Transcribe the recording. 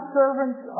servants